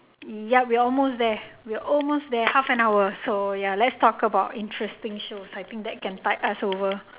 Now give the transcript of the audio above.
yup we are almost there we are almost there half an hour so ya let's talk about interesting shows I think that can tide us over